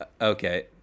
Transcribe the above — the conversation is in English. Okay